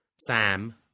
Sam